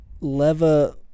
Leva